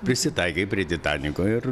prisitaikai prie titaniko ir